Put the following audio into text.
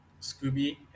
Scooby